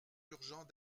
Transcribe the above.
urgent